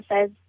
says